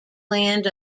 land